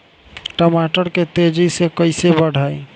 टमाटर के तेजी से कइसे बढ़ाई?